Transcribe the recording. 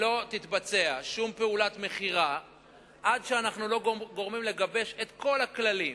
שלא תתבצע שום פעולת מכירה עד שאנחנו לא גומרים לגבש את כל הכללים,